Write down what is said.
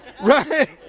Right